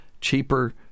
cheaper